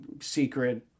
secret